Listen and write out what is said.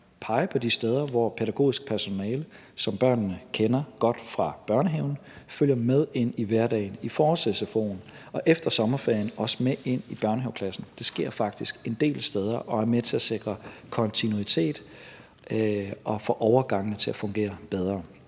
pege på de steder, hvor pædagogisk personale, som børnene kender godt fra børnehaven, følger med ind i hverdagen i forårs-sfo'en og efter sommerferien også med ind i børnehaveklassen. Det sker faktisk en del steder og er med til at sikre kontinuitet og at få overgangene til at fungere bedre.